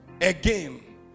Again